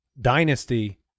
dynasty